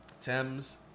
Thames